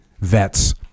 vets